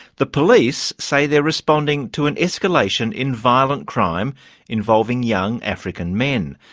the police say they're responding to an escalation in violent crime involving young african men.